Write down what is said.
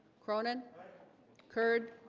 cronan curd